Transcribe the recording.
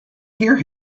hear